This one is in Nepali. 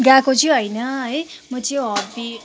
गएको चाहिँ होइन है म चाहिँ हबी